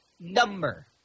number